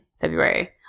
February